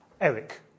Eric